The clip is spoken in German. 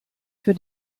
für